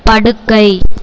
படுக்கை